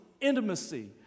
intimacy